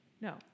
No